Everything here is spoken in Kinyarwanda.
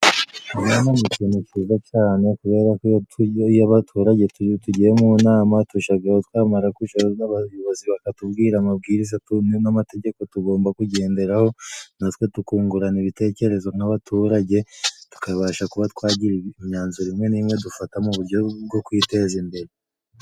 Inama ni ikintu kiyiza cyane kubera ko iyo abaturage tugiye mu nama tujagayo twamara kujayo, abayobozi bakatubwira amabwiriza kumwe n'amategeko tugomba kugenderaho natwe tukungurana ibitekerezo nk'abaturage, tukabasha kuba twagira imyanzuro imwe ni imwe dufata, mu buryo bwo kwiteza imbere.